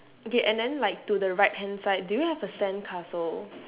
okay and then like to the right hand side do you have a sandcastle